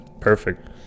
perfect